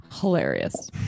Hilarious